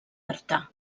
artà